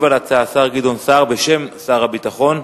ישיב על ההצעות השר גדעון סער בשם שר הביטחון.